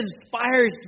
inspires